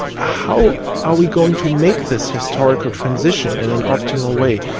ah how are we going to make this historical transition in an optimal way?